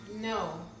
No